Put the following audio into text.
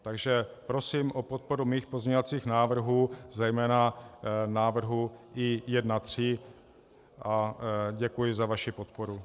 Takže prosím o podporu svých pozměňovacích návrhů, zejména návrhu I1.3, a děkuji za vaši podporu.